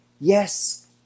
Yes